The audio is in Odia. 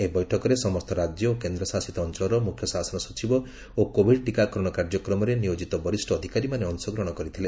ଏହି ବୈଠକରେ ସମସ୍ତ ରାଜ୍ୟ ଓ କେନ୍ଦ୍ରଶାସିତ ଅଞ୍ଚଳର ମୁଖ୍ୟଶାସନ ସଚିବ ଓ କୋଭିଡ ଟିକାକରଣ କାର୍ଯ୍ୟକ୍ରମରେ ନିୟୋଜିତ ବରିଷ୍ଣ ଅଧିକାରୀମାନେ ଅଂଶଗ୍ରହଣ କରିଥିଲେ